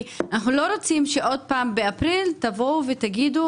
כי אנחנו לא רוצים שעוד פעם באפריל תבואו ותגידו,